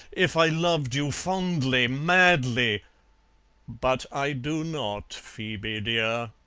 if i loved you fondly, madly but i do not, phoebe dear.